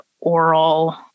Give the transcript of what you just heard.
oral